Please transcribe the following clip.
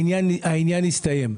העניין הסתיים.